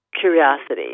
curiosity